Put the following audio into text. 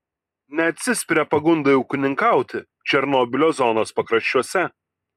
neatsispiria pagundai ūkininkauti černobylio zonos pakraščiuose